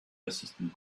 resistant